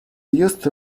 used